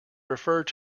referred